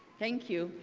thank you,